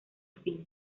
fin